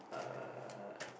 uh